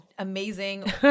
amazing